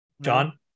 john